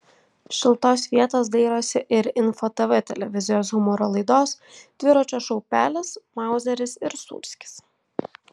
šiltos vietos dairosi ir info tv televizijos humoro laidos dviračio šou pelės mauzeris ir sūrskis